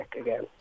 again